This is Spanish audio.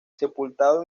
sepultado